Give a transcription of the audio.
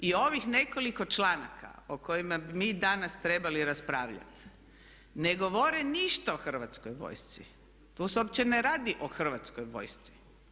I ovih nekoliko članaka o kojima bi mi danas trebali raspravljati ne govore ništa o Hrvatskoj vojsci, tu se uopće ne radi o Hrvatskoj vojsci.